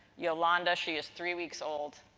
yolanda. she is three weeks old.